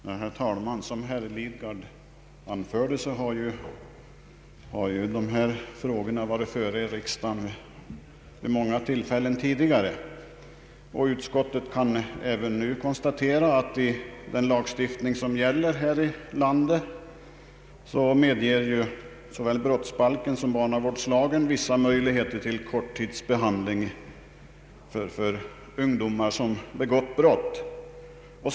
Herr talman! Som herr Lidgard anfört har den fråga det här gäller tidigare varit föremål för riksdagens behandling vid många tillfällen. Utskottet kan även nu konstatera att såväl brottsbalken som barnavårdslagen medger vissa möjligheter till korttidsbehandling av ungdomar som begått brott.